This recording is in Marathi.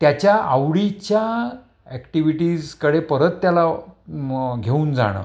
त्याच्या आवडीच्या ॲक्टिविटीजकडे परत त्याला घेऊन जाणं